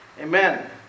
Amen